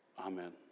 Amen